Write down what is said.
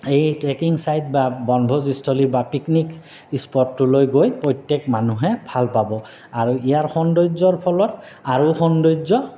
এই trekking site বা বনভোজস্থলী বা পিকনিক স্পটটোলৈ গৈ প্ৰত্যেক মানুহে ভাল পাব আৰু ইয়াৰ সৌন্দৰ্যৰ ফলত আৰু সৌন্দৰ্য